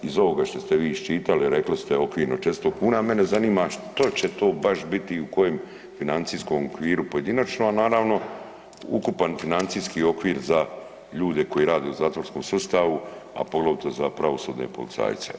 Iz ovoga što ste vi iščitali rekli ste okvirno 400 kuna, mene zanima što će to baš biti u kojem financijskom okviru pojedinačno, a naravno ukupan financijski okvir za ljude koji rade u zatvorskom sustavu, a poglavito za pravosudne policajce.